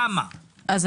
כפי